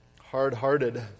hard-hearted